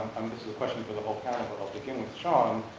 this is a question for the whole panel, but i'll begin with sean,